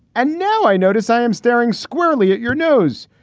and no, i notice i am staring squarely at your nose.